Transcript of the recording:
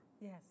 Yes